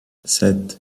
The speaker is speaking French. sept